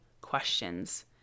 questions